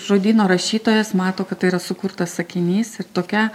žodyno rašytojas mato kad tai yra sukurtas sakinys ir tokia